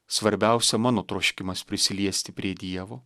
svarbiausia mano troškimas prisiliesti prie dievo